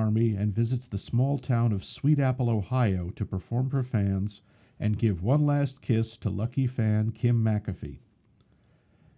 army and visits the small town of sweet apple ohio to perform for fans and give one last kiss to lucky fan kim mcafee